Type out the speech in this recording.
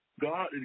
God